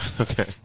Okay